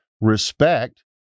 respect